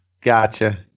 Gotcha